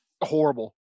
horrible